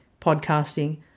podcasting